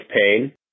pain